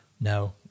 No